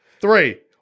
Three